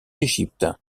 égypte